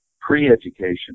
pre-education